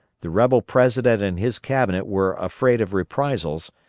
the rebel president and his cabinet were afraid of reprisals,